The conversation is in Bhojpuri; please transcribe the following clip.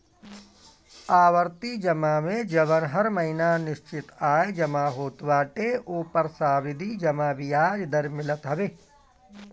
आवर्ती जमा में जवन हर महिना निश्चित आय जमा होत बाटे ओपर सावधि जमा बियाज दर मिलत हवे